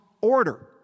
order